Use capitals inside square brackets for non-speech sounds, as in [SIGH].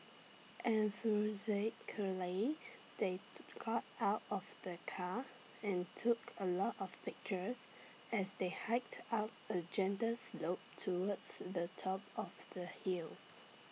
[UNINTELLIGIBLE] they [NOISE] got out of the car and took A lot of pictures as they hiked up A gentle slope towards the top of the hill